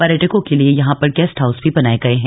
पर्यटकों के लिए यहां पर गेस्ट हाउस भी बनाए गए हैं